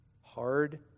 Hard